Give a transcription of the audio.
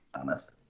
Honest